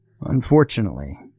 Unfortunately